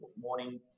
morning